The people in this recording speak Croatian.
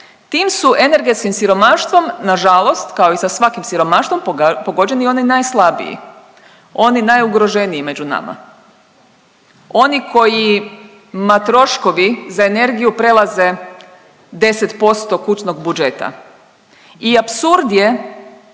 Tim su energetskim siromaštvom nažalost, kao i sa svakim siromaštvom pogođeni oni najslabiji, oni najugroženiji među nama, oni kojima troškovi za energiju prelaze 10% kućnog budžeta i apsurd je